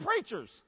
preachers